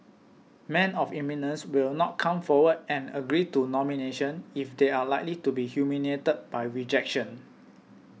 men of eminence will not come forward and agree to nomination if they are likely to be humiliated by rejection